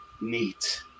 neat